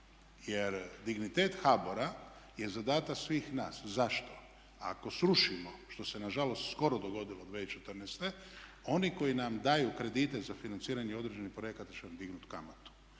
Jer dignitet HBOR-a je zadatak svih nas, zašto? Ako srušimo, što se nažalost skoro dogodilo 2014.oni koji nam daju kredite za financiranje određenih projekata to će nam dignuti kamatu.